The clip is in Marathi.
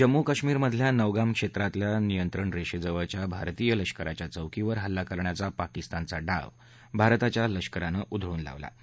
जम्मू काश्मीरमधल्या नौगाम क्षेत्रातल्या नियंत्रण रेषेजवळच्या भारतीय लष्कराच्या चौकीवर हल्ला करण्याचा पाकिस्तानचा डाव भारताच्या लष्करानं उधळून लावला आहे